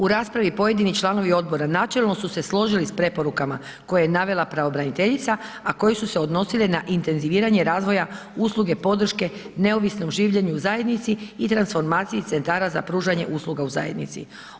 U raspravi, pojedini članovi odbora, načelno su se složili s preporukama, koje je navela pravobraniteljica, a koje su se odnosile na intenziviranje razvoja usluge podrške, neovisno o življenju u zajednici i transformaciji centara za pružanje usluga u zajednici.